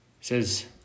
says